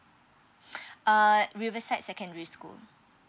uh riverside secondary school